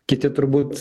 kiti turbūt